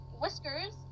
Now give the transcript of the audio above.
whiskers